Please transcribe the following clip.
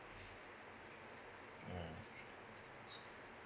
mm